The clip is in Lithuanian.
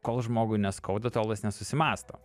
kol žmogui neskauda tol jis nesusimąsto